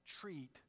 treat